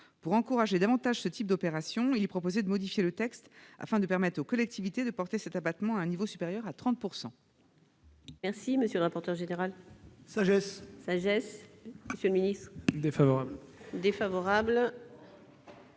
Pour encourager davantage de telles opérations, il est proposé de modifier le texte, afin de permettre aux collectivités de porter cet abattement à un niveau supérieur à 30 %.